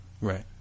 Right